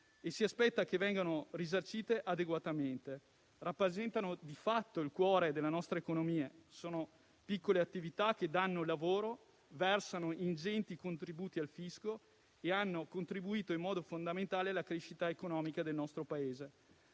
e si aspetta che vengano risarcite adeguatamente, in quanto rappresentano di fatto il cuore della nostra economia. Sono piccole attività che danno lavoro, versano ingenti contributi al fisco e hanno contribuito in modo fondamentale alla crescita economica del nostro Paese.